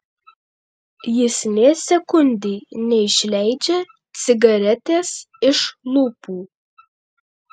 jis nė sekundei neišleidžia cigaretės iš lūpų